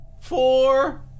four